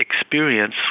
experience